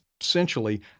essentially